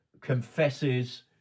confesses